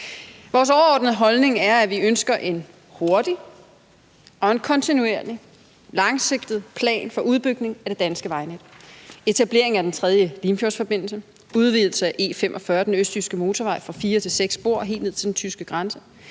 Vores overordnede holdning er, at vi ønsker en hurtig og en kontinuerlig langsigtet plan for udbygning af det danske vejnet: etablering af den tredje Limfjordsforbindelse; udvidelse af E45, den østjyske motorvej, fra fire til seks spor helt ned til den tyske grænse;